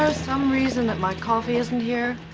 ah some reason that my coffee isn't here?